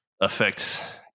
affect